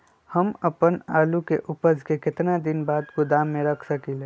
हम अपन आलू के ऊपज के केतना दिन बाद गोदाम में रख सकींले?